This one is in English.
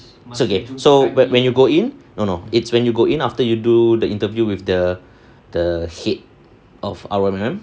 so okay so when you go in no no it's when you go in then after you do the interview with the the head of R_O_M_M